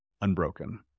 unbroken